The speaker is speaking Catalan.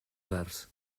vers